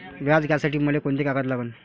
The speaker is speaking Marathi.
व्याज घ्यासाठी मले कोंते कागद लागन?